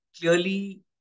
clearly